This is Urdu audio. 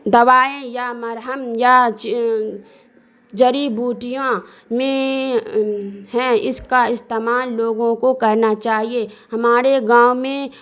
دوائیں یا مرہم یا جڑی بوٹیاں میں ہیں اس کا استعمال لوگوں کو کرنا چاہیے ہمارے گاؤں میں